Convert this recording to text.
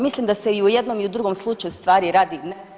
Mislim da se i u jednom i u drugom slučaju u stvari radi…